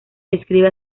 describe